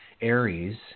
Aries